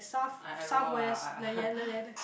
I I don't know lah I I